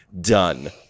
Done